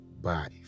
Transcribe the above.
Bye